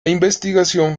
investigación